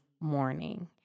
morning